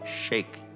shake